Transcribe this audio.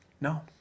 No